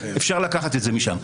אפשר לקחת משם.